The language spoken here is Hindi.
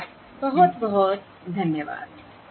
धन्यवाद बहुत बहुत धन्यवाद